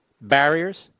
barriers